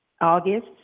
August